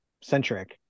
centric